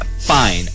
fine